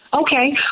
Okay